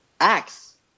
Acts